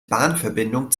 bahnverbindung